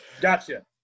Gotcha